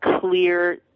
clear